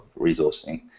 resourcing